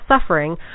suffering